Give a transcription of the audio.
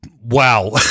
wow